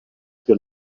più